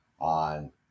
on